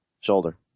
Shoulder